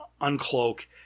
uncloak